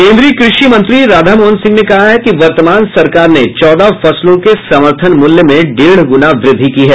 केंद्रीय कृषि मंत्री राधामोहन सिंह ने कहा है कि वर्तमान सरकार ने चौदह फसलों के समर्थन मूल्य में डेढ़ गुना वृद्धि की है